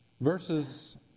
Verses